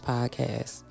Podcast